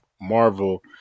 Marvel